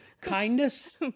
kindness